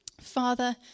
Father